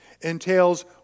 entails